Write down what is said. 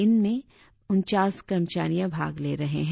इसमें उनचास कर्मचारिया भाग ले रहे है